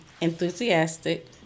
enthusiastic